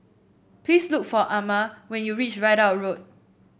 please look for Ama when you reach Ridout Road